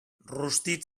rostit